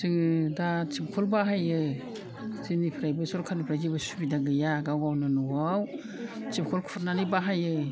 जोङो दा थिफखल बाहायो जोंनिफ्रायबो सरखारनिफ्राय जेबो सुबिदा गैया गाव गावनो न'आव थिफखल खुरनानै बाहायो